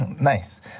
Nice